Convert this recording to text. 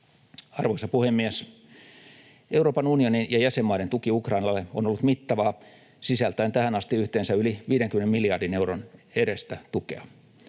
Arvoisa puhemies! Euroopan unionin ja jäsenmaiden tuki Ukrainalle on ollut mittavaa, sisältäen tähän asti yhteensä yli 50 miljardin euron edestä tukea.